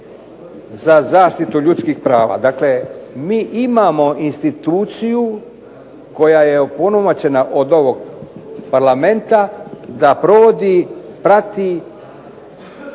za zaštitu ljudskih prava. Dakle, mi imamo instituciju koja je opunomoćena od ovog Parlamenta da provodi, prati